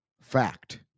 fact